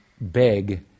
beg